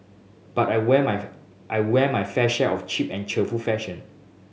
but I wear my I wear my fair share of cheap and cheerful fashion